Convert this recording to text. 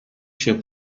się